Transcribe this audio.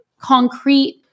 concrete